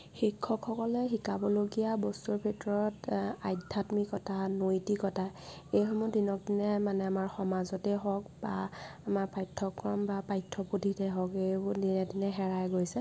শিক্ষকসকলে শিকাবলগীয়া বস্তুৰ ভিতৰত আধ্যাত্মিকতা নৈতিকতা এইসমূহ দিনক দিনে মানে আমাৰ সমাজতেই হওক বা আমাৰ পাঠ্যক্ৰম বা পাঠ্যপুথিতে হওক এই সমূহ দিনে দিনে হেৰাই গৈছে